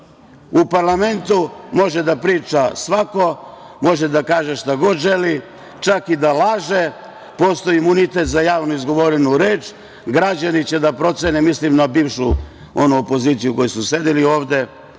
parlamentu može da priča svako, može da kaže šta god želi, čak i da laže. Postoji imunitet za javno izgovorenu reč. Građani će da procene… Mislim na bivšu onu opoziciju koja je sedela ovde